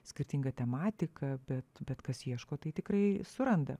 skirtinga tematika bet bet kas ieško tai tikrai suranda